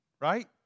right